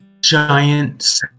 giant